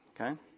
Okay